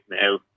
now